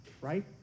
right